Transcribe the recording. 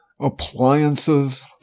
appliances